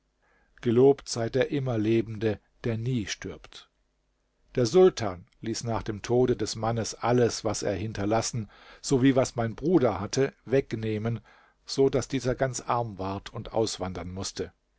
gelobt sei der immerlebende der nie stirbt der sultan ließ nach dem tode des mannes alles was er hinterlassen sowie was mein bruder hatte wegnehmen so daß dieser ganz arm ward und auswandern mußte